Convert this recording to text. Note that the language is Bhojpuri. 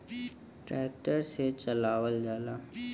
ट्रेक्टर से चलावल जाला